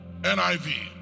NIV